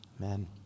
Amen